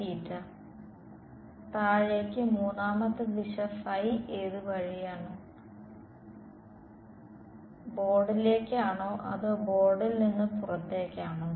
താഴേക്ക് മൂന്നാമത്തെ ദിശ ഏത് വഴിയാണ് ബോർഡിലേക്കാണോ അതോ ബോർഡിൽ നിന്ന് പുറത്തേക്കാണോ